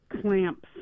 clamps